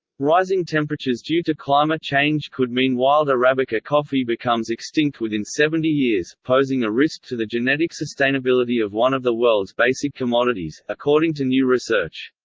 rising temperatures due to climate change could mean wild arabica coffee becomes extinct within seventy years, posing a risk to the genetic sustainability sustainability of one of the world's basic commodities, according to new research.